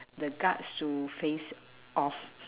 the guts to face off